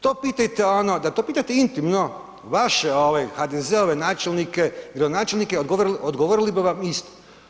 To pitajte ono, da to pitate intimno vaše HDZ-ove načelnike i gradonačelnike, odgovorili bi vam isto.